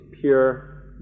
pure